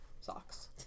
socks